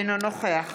אינו נוכח